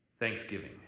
Thanksgiving